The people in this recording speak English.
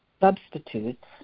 substitutes